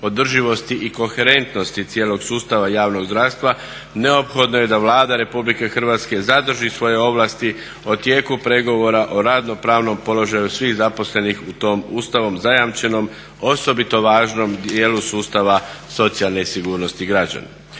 održivosti i koherentnosti cijelog sustava javnog zdravstva neophodno je da Vlada Republike Hrvatske zadrži svoje ovlasti o tijeku pregovora o radno-pravnom položaju svih zaposlenih u tom Ustavom zajamčenom, osobito važnom dijelu sustava socijalne sigurnosti građana.